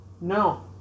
No